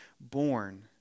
born